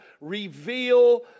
reveal